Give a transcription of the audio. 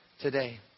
today